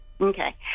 Okay